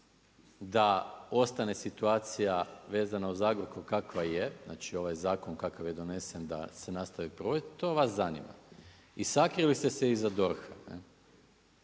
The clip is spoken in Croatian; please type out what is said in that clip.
da ostane situacija vezana uz Agrokor kakva je. Znači ovaj zakon kakav je donesen, da se nastavi provoditi, to vas zanima. I sakrili ste se iza DORH-a,